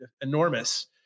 enormous